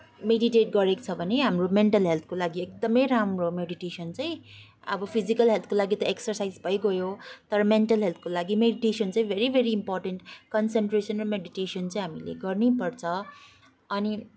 meditate गरेको छ भने हाम्रो मेन्टल हेल्थको लागि एकदमै राम्रो मेडिटेसन चाहिँ अब फिजिकल हेल्थको लागि त एक्सरसाइज भइगयो तर मेन्टल हेल्थको लागि मेडिटेसन चाहिँ भेरी भेरी इम्पोर्टेन्ट कन्सनट्रेसन र मेडिटेसन चाहिँ हामीले गर्नैपर्छ अनि